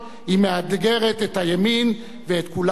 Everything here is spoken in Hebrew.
היא מאתגרת את הימין ואת כולם יחד.